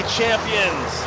champions